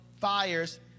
fires